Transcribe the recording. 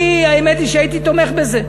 אני, האמת היא שהייתי תומך בזה.